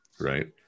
right